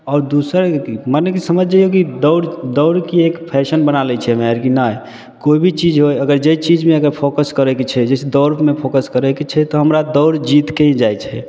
आओर दोसर माने कि समझि जइऔ कि दौड़ दौड़के एक फैशन बना लै छै हमे आर कि नहि कोइ भी चीज होइ अगर जे चीजमे अगर फोकस करैके छै जइसे दौड़मे फोकस करैके छै तऽ हमरा दौड़ जीतिके ही जाइ छै